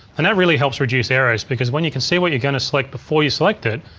and that really helps reduce errors because when you can see what you're going to select before you select it,